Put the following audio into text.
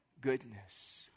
goodness